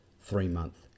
three-month